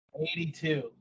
82